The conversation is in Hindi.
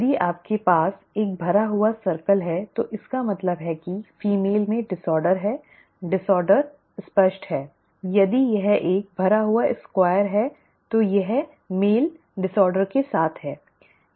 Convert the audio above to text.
यदि आपके पास एक भरा हुआ चक्र है तो इसका मतलब है कि महिला में विकार है विकार स्पष्ट है यदि यह एक भरा हुआ स्क्वायर है तो यह पुरुष विकार के साथ है